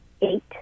Eight